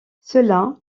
cela